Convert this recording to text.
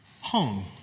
home